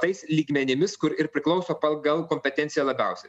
tais lygmenimis kur ir priklauso pagal kompetenciją labiausiai